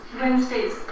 Wednesday's